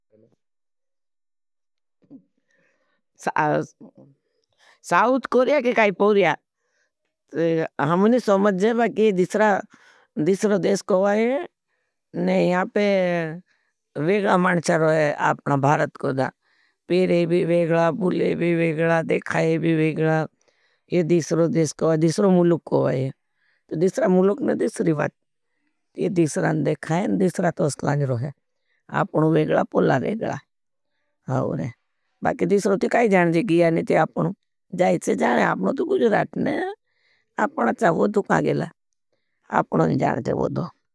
South Korea के काई पोरिया। हमने सौमजेवा कि ये दिशरो देश कोई है। यहाँ पे वेगला माणचा रहा है आपना भारत कोई दा। पेरे भी वेगला, बुले भी वेगला, देखाये भी वेगला। ये दिशरो देश कोई है, दिशरो मुलुक कोई है। तो दिशरा मुलुक नहीं दिशरी बात। ये दिशरा न देखाये न दिशरा तो स्ट्रांजरो है। आपनों वेगला, पुला वेगला। हाँ रहे हैं। बाकि दिशरो तो काई जानजे गिया निते आपनों। जाएचे जाने, आपनों तो कुछ राटने, आपना चाहो दुखा गेला। आपनों जानजे बदू।